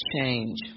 change